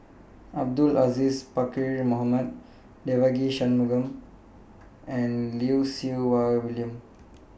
Abdul Aziz Pakkeer Mohamed Devagi Sanmugam and Lim Siew Wai William